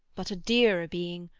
but a dearer being,